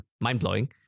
mind-blowing